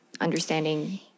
understanding